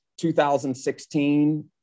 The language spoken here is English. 2016